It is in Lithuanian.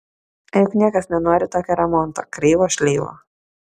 juk niekas nenori tokio remonto kreivo šleivo